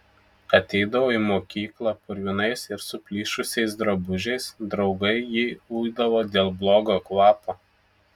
ateidavo į mokyklą purvinais ir suplyšusiais drabužiais draugai jį uidavo dėl blogo kvapo